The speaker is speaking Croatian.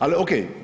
Ali ok.